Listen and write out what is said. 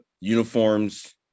uniforms